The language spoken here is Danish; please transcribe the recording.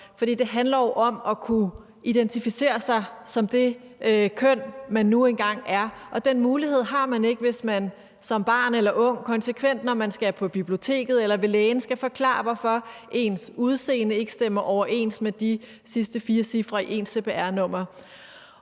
for det handler jo om at kunne identificere sig som det køn, man nu engang er, og den mulighed har man ikke, hvis man som barn eller ung konsekvent, når man skal på biblioteket eller er ved lægen, skal forklare, hvorfor ens udseende ikke stemmer overens med de sidste fire cifre i ens cpr-nummer.